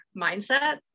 mindset